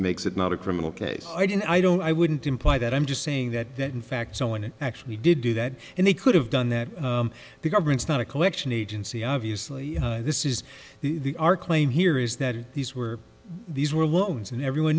makes it not a criminal case i don't i don't i wouldn't imply that i'm just saying that that in fact someone actually did do that and they could have done that the government's not a collection agency obviously this is the our claim here is that these were these were loans and everyone